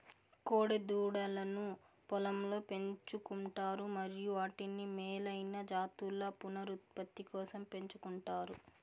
కోడె దూడలను పొలంలో పెంచు కుంటారు మరియు వాటిని మేలైన జాతుల పునరుత్పత్తి కోసం పెంచుకుంటారు